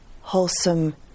wholesome